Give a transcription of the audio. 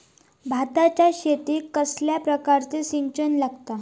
भाताच्या शेतीक कसल्या प्रकारचा सिंचन लागता?